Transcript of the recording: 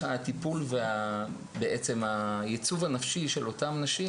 הטיפול ובעצם הייצוב הנפשי של אותן נשים.